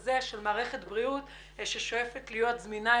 הזה של מערכת בריאות ששואפת להיות זמינה,